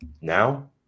Now